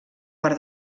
per